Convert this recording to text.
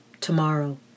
tomorrow